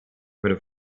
von